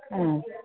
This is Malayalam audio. ആ